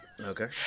Okay